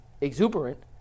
exuberant